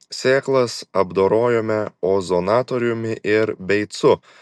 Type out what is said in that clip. sėklas apdorojome ozonatoriumi ir beicu